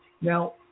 Now